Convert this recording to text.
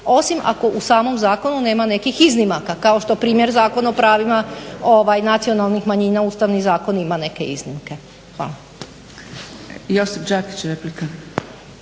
osim ako u samom zakonu nema nekih iznimaka kao što je primjer Zakon o pravima nacionalnih manjina, ustavni zakon ima neke iznimke. Hvala.